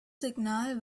signal